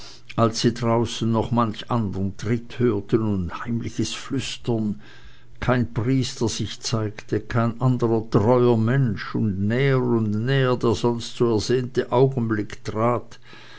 als sie draußen noch manch andern tritt hörten und heimliches flüstern kein priester sich zeigte kein anderer treuer mensch und näher und näher der sonst so ersehnte augenblick trat